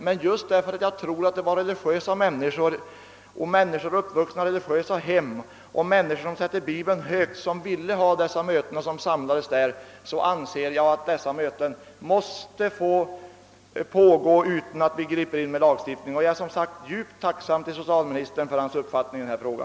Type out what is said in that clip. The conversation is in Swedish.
Men just därför att jag tror att det var religiösa människor som är uppvuxna i religiösa hem och som sätter bibeln högst, vilka samlades där, anser jag att dessa möten måste få äga rum utan att vi griper in med lagstiftning. Jag är alltså djupt tacksam mot socialministern för hans uppfattning i denna fråga.